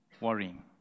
worrying